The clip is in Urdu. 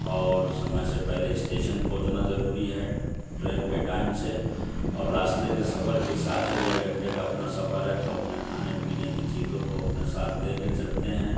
اور سمے سے پہلے اسٹیشن پہنچنا ضروری ہے ٹرین کے ٹائم سے اور راستے کے سفر کے حساب سے جے گھنٹے کا اپنا سفر ہے تو اپنے کھانے پینے کی چیزوں کو اپنے ساتھ لے کے چلتے ہیں